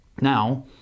Now